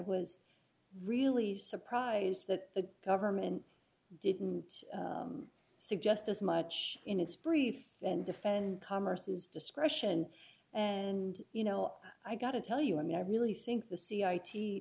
was really surprised that the government didn't suggest as much in its brief then defend commerces discretion and you know i got to tell you i mean i really think the c i t